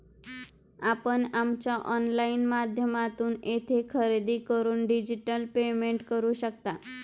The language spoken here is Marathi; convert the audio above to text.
आपण आमच्या ऑनलाइन माध्यमातून येथे खरेदी करून डिजिटल पेमेंट करू शकता